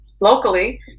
locally